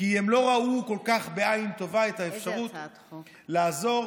כי הם לא ראו כל כך בעין טובה את האפשרות לעזור,